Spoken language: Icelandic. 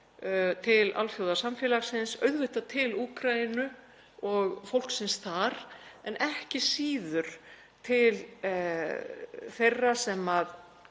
til alþjóðasamfélagsins, auðvitað til Úkraínu og fólksins þar, en ekki síður til þeirra sem